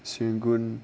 serangoon